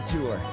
Tour